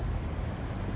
mmhmm